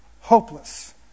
hopeless